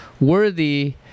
Worthy